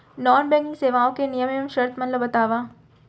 non banking सेवाओं के नियम एवं शर्त मन ला बतावव